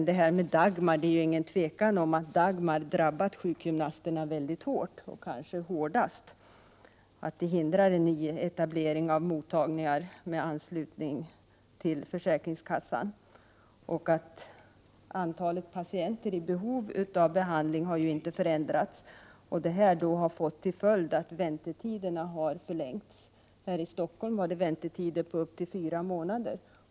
Det är inte heller något tvivel om att sjukgymnasterna har drabbats mycket hårt av Dagmarreformen, kanske hårdast av alla. Dagmarreformen hindrar en nyetablering av mottagningar som är anslutna till försäkringskassan. Antalet patienter som är i behov av sjukgymnasternas behandling har ju inte ändrats. Detta har fått till följd att väntetiderna har förlängts. I Stockholm är väntetiderna cirka fyra månader.